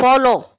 follow